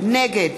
נגד